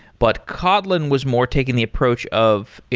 but kotlin was more taking the approach of,